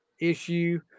issue